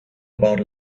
about